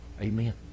Amen